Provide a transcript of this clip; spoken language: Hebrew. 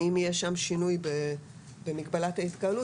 ואם יהיה שם שינוי במגבלת ההתקהלות,